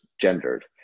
gendered